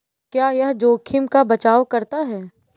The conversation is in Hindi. क्या यह जोखिम का बचाओ करता है?